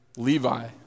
Levi